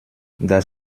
das